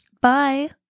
Bye